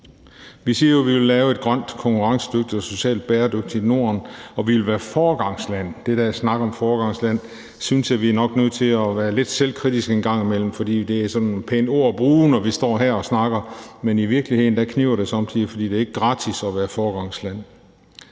Vi siger jo, at vi vil lave et grønt konkurrencedygtigt og socialt bæredygtigt Norden, og at vi vil være foregangsland. I forhold til den der snak om foregangsland synes jeg, at vi nok er nødt til at være lidt selvkritiske en gang imellem, fordi det er sådan et pænt ord at bruge, når vi står her og snakker, men i virkeligheden kniber det somme tider, fordi det ikke er gratis at være foregangsland.